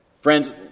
Friends